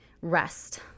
Rest